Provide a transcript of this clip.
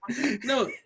No